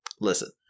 listen